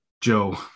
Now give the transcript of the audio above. Joe